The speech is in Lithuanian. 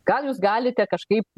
gal jūs galite kažkaip